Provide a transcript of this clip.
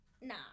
nah